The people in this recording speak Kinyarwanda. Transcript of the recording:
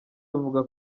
avuga